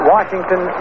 Washington